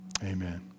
Amen